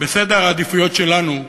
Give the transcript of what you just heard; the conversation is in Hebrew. בסדר העדיפויות שלנו,